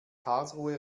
karlsruhe